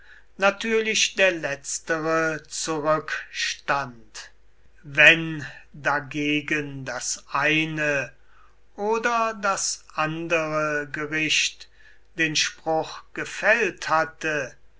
natürlich der letztere zurückstand wenn dagegen das eine oder das andere gericht den spruch gefällt hatte